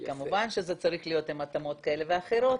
כמובן שזה צריך להיות עם התאמות כאלה ואחרות,